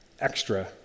extra